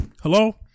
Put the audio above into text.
hello